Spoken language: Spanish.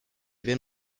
ven